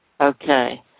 Okay